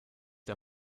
der